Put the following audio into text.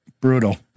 Brutal